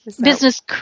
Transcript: business